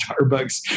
Starbucks